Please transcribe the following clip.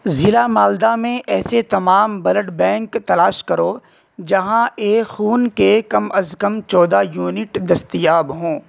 ضلع مالدہ میں ایسے تمام بلڈ بینک تلاش کرو جہاں اے خون کے کم از کم چودہ یونٹ دستیاب ہوں